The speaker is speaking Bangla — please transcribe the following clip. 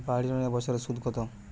বাড়ি লোনের বছরে সুদ কত?